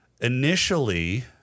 initially